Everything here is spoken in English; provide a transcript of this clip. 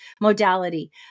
modality